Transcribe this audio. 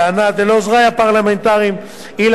ולעוזרי הפרלמנטרים אילן ולי,